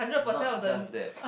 not just that